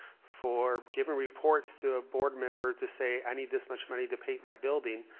for giving reports to ah board member to say i need this much money to paint my building,